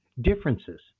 Differences